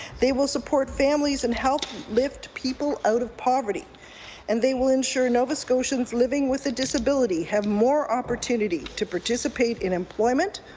they will support families and help lift people out of poverty and they will ensure nova scotians living with a disability have more opportunities to participate in employment,